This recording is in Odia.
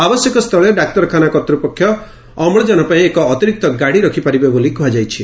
ଆବଶ୍ୟକସ୍ଥଳେ ଡାକ୍ତରଖାନା କର୍ତ୍ତୂପକ୍ଷ ଅମ୍ଳଜାନ ପାଇଁ ଏକ ଅତିରିକ୍ତ ଗାଡ଼ି ରଖ୍ପାରିବେ ବୋଲି କୁହାଯାଇଛି